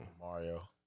Mario